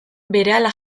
berehala